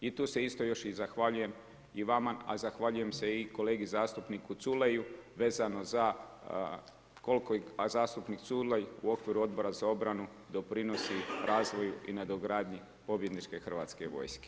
I tu se isto još i zahvaljujem i vama, a zahvaljujem se i kolegi zastupniku Culeju vezano za koliko, a zastupnik Culej, u okviru Odbora za obranu doprinosi razvoju i nadogradnji pobjedničke Hrvatske vojske.